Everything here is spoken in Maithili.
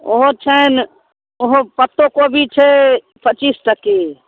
ओहो छनि ओहो पत्तोकोबी छै पचीस टके